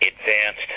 advanced